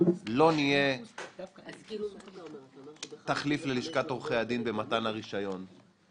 לא נהיה תחליף ללשכת עורכי הדין במתן הרישיון,